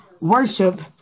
worship